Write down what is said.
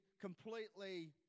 completely